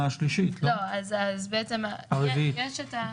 בסדר, אז נמשיך הלאה.